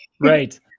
Right